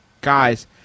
guys